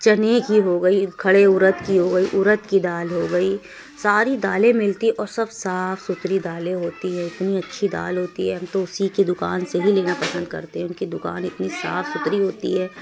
چنے کی ہوگئی کھڑے ارد کی ہوگئی ارد کی دال ہوگئی ساری دالیں مل کے اور سب صاف ستھری دالیں ہوتی ہیں اتنی اچھی دال ہوتی ہے ہم تو اسی کی دکان سے ہی لینا پسند کرتے ہیں ان کی دکان اتنی صاف ستھری ہوتی ہے